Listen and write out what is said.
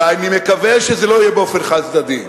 ואני מקווה שזה לא יהיה באופן חד-צדדי.